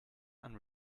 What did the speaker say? and